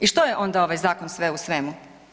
I što je onda ovaj zakon sve u svemu?